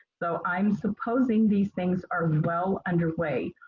though i'm supposing these things are well underway.